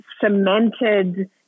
cemented